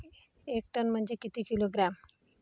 एक टन म्हनजे किती किलोग्रॅम?